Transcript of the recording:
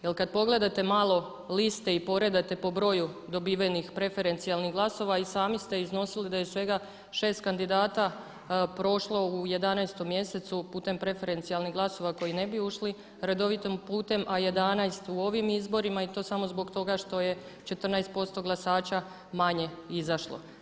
Jel' kad pogledate malo liste i poredate po broju dobivenih preferencijalnih glasova i sami ste iznosili da je svega 6 kandidata prošlo u 11. mjesecu putem preferencijalnih glasova koji ne bi ušli redovitim putem, a 11 u ovim izborima i to samo zbog toga što je 14% glasača manje izašlo.